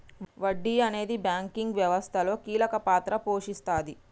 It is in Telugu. వడ్డీ అనేది బ్యాంకింగ్ వ్యవస్థలో కీలక పాత్ర పోషిస్తాది